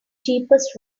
cheapest